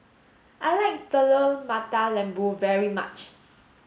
I like Telur Mata Lembu very much